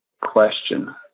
question